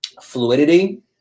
fluidity